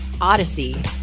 Odyssey